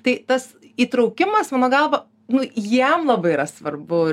tai tas įtraukimas mano galva nu jiem labai yra svarbu